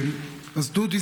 דודי,